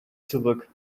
zurück